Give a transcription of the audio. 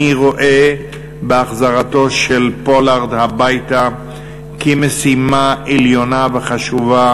אני רואה בהחזרתו של פולארד הביתה משימה עליונה וחשובה